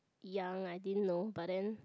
young I didn't know but then